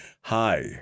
Hi